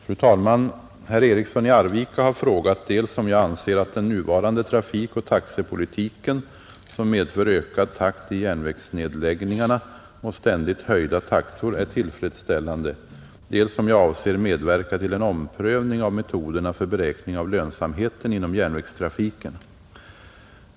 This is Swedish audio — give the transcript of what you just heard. Fru talman! Herr Eriksson i Arvika har frågat dels om jag anser att den nuvarande trafikoch taxepolitiken, som medför ökad takt i järnvägsnedläggningarna och ständigt höjda taxor, är tillfredsställande, dels om jag avser medverka till en omprövning av metoderna för beräkning av lönsamheten inom järnvägstrafiken.